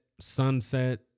sunset